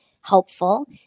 helpful